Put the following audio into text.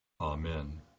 Amen